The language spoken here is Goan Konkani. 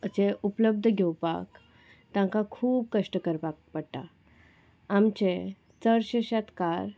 उपलब्ध घेवपाक तांकां खूब कश्ट करपाक पडटा आमचे चडशे शेतकार